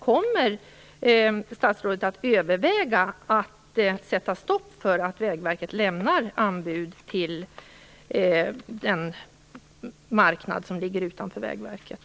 Kommer statsrådet att överväga att sätta stopp för att Vägverket lämnar anbud till den marknad som ligger utanför Vägverket?